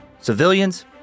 civilians